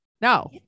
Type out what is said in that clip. no